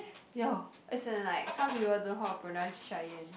yo as in like some people don't know how to pronounce Cheyanne